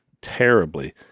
terribly